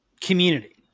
community